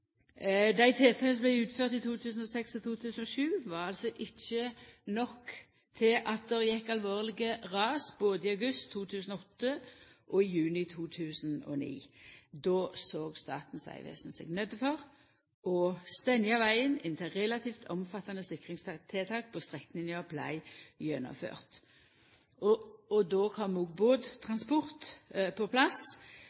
Dei rassikringstiltaka som vart utførde i 2006 og 2007, var likevel ikkje nok til å hindra at det gjekk alvorlege ras både i august 2008 og i juni 2009. Då såg Statens vegvesen seg nøydt til å stengja vegen inntil relativt omfattande sikringstiltak på strekninga vart gjennomførde. Då kom òg båttransport på